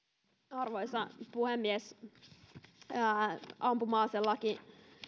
arvoisa puhemies ampuma aselaki